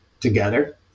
together